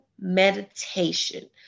meditation